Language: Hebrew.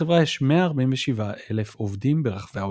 לחברה יש 147,000 עובדים ברחבי העולם.